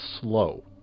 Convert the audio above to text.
slow